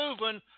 moving